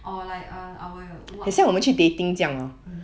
or like err our what